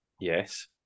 Yes